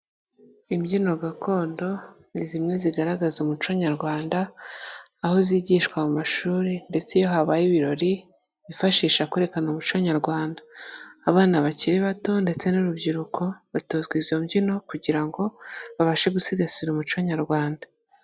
Imbyino gakondo ni zimwe zigaragaza umuco nyarwanda, aho zigishwa mu mashuri ndetse iyo habaye ibirori bifashisha kwerekana umuco nyarwanda, abana bakiri bato ndetse n'urubyiruko batozwa izo mbyino kugira ngo babashe gusigasira umuco nyarwanda.